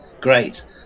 Great